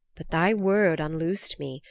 but thy word unloosed me,